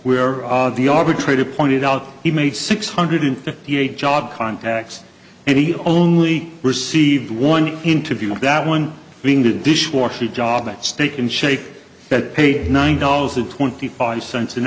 where the arbitrator pointed out he made six hundred fifty eight job contacts and he only received one interview with that one being the dishwasher job at steak and shake that paid nine dollars to twenty five cents an